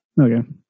Okay